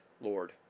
Lord